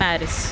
Paris